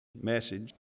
message